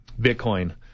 Bitcoin